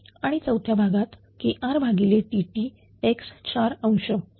आणि चौथ्या भागात KrTt x4